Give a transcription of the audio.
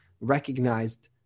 recognized